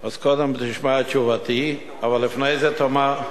אז קודם תשמע את תשובתי, אבל לפני זה תאמר,